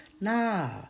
Nah